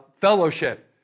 fellowship